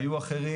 והיו אחרים.